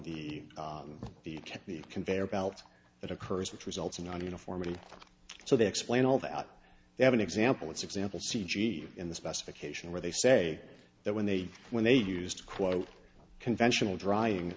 the the the conveyor belt that occurs which results in on uniformity so they explain all that they have an example it's example c g in the specification where they say that when they when they used to quote conventional drying